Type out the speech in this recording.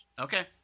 Okay